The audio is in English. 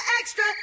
Extra